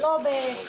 לא בשבת.